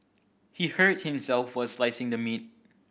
he hurt himself while slicing the meat